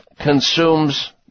consumes